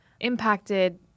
impacted